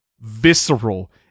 visceral